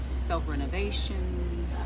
self-renovation